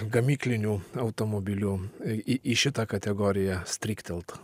gamyklinių automobilių į į šitą kategoriją stryktelt